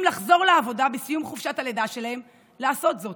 לחזור לעבודה בסיום חופשת הלידה לעשות זאת.